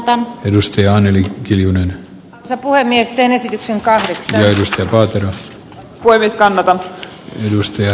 halusin äänestää ei mutta jostakin syystä tuo vihreä valo tuli tähän